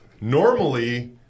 normally